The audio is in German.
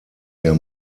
der